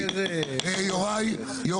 ציפיתי לגישה יותר --- יוראי, יוראי.